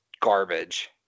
garbage